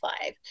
five